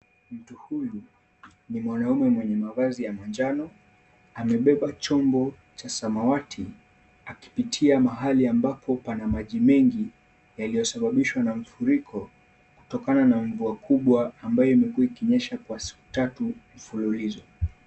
Mtu huyu ni mwanaume mwenye mavazi ya manjano, amebeba chombo cha samawati akipitia mahali ambapo pana maji mengi yaliyosababishwa na mfuliko, kutokana na mvua kubwa ambayo imekuwa ikinyesha kwa siku tatu mfululizo.